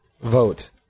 Vote